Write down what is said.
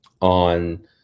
on